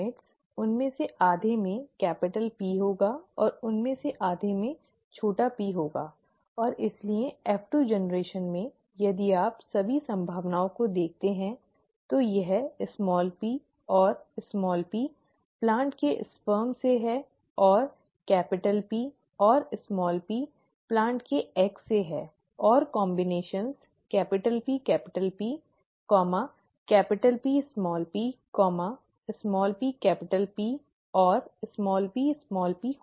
और इस से युग्मक उनमें से आधे में कैपिटल P होगा और उनमें से आधे में छोटे p होगा और इसलिए F2 पीढ़ी में यदि आप सभी संभावनाओं को देखते हैं तो यह p और p पौधे के शुक्राणु से है और P और p पौधे के अंडों से है और संयोजन PP Pp pP और pp होंगी